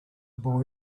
boy